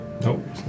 Nope